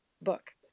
book